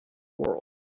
world